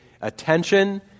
attention